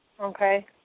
Okay